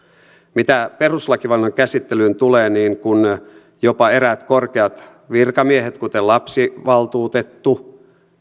mitä perustuslakivaliokunnan käsittelyyn tulee niin kun jopa eräät korkeat virkamiehet kuten lapsivaltuutettu